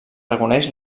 reconeix